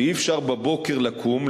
שאי-אפשר בבוקר לקום,